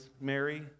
Mary